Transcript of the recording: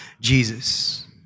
Jesus